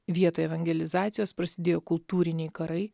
vietoj evangelizacijos prasidėjo kultūriniai karai